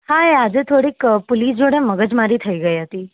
હા આજે થોડીક પુલિસ જોડે તોડિક મગજમારી થઈ ગઈ હતી